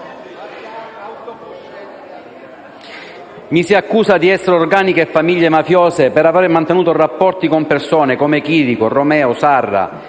Mi si accusa di essere organico a famiglie mafiose per aver mantenuto rapporti con persone, come Chirico, Romeo, Sarra,